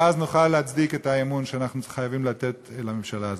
ואז נוכל להצדיק את האמון שאנחנו חייבים לתת בממשלה הזאת.